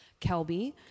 Kelby